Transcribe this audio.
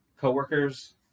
coworkers